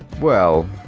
well.